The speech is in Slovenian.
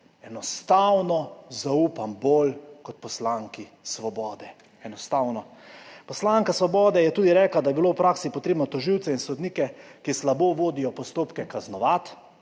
enostavno zaupam bolj kot poslanki Svobode. Enostavno. Poslanka Svobode je tudi rekla, da bi bilo v praksi potrebno tožilce in sodnike, ki slabo vodijo postopke, kaznovati.